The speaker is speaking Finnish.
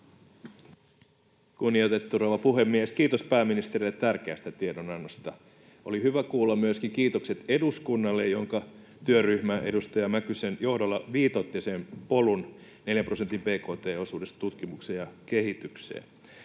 Kunnioitettu rouva puhemies! Kiitos pääministerille tärkeästä tiedonannosta. Oli hyvä kuulla myöskin kiitokset eduskunnalle, jonka työryhmä edustaja Mäkysen johdolla viitoitti sen polun neljän prosentin bkt-osuudesta tutkimukseen ja kehitykseen.